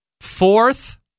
fourth